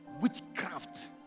Witchcraft